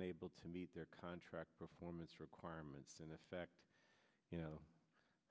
unable to meet their contract performance requirements in effect you know